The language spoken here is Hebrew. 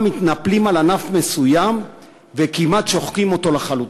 מתנפלים על ענף מסוים וכמעט שוחקים אותו לחלוטין.